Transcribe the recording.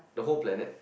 the whole planet